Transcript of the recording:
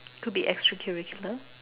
could be extra curricular